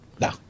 No